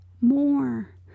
more